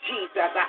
Jesus